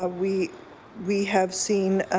ah we we have seen